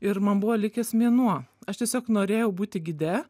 ir man buvo likęs mėnuo aš tiesiog norėjau būti gide